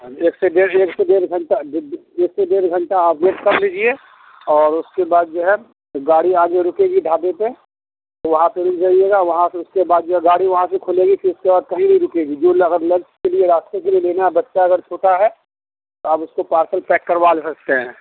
ایک سے ڈیڑھ ایک سے ڈیڑھ گھنٹہ ایک سے ڈیڑھ گھنٹہ آپ ویٹ کر لیجیے اور اس کے بعد جو ہے گاڑی آگے رکے گی ڈھابے پہ تو وہاں پہ رک جائیے گا وہاں سے اس کے بعد جو ہے گاڑی وہاں سے کھلے گی پھر اس کے بعد کہیں نہیں رکے گی جو لنچ کے لیے راستے کے لیے لینا ہے بچہ اگر چھوٹا ہے تو آپ اس کو پارسل پیک کروا لے سکتے ہیں